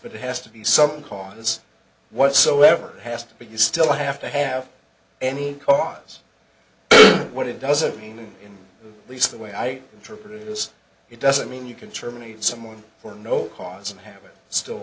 but it has to be some cause it's whatsoever has to be you still have to have any cause what it doesn't mean in the least the way i interpret it is it doesn't mean you can terminate someone for no cause and have it still